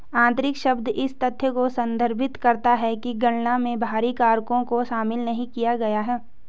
आंतरिक शब्द इस तथ्य को संदर्भित करता है कि गणना में बाहरी कारकों को शामिल नहीं किया गया है